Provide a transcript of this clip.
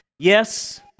Yes